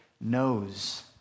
knows